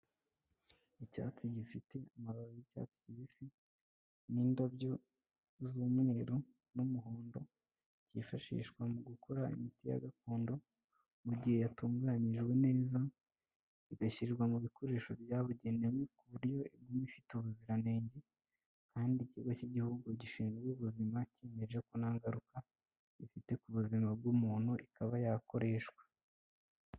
Icyatsi gifite amababi y'icyatsi kibisi n'indabyo z'umweru n'umuhondo, cyifashishwa mu gukora imiti ya gakondo, mu gihe yatunganyijwe neza, igashyirwa mu bikoresho byabugenewe ku buryo iguma ifite ubuziranenge, kandi ikigo cy'igihugu gishinzwe ubuzima cyemeje ko nta ngaruka ifite ku buzima bw'umuntu, ikaba yakoreshwa.